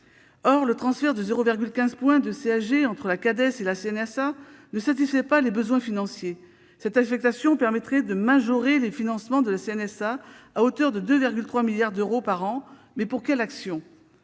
Or le transfert de 0,15 point de CSG entre la Cades et la CNSA ne satisfait pas les besoins financiers. Cette affectation permettrait de majorer les financements de la CNSA à hauteur de 2,3 milliards d'euros par an, mais pour quelles actions,